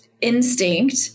instinct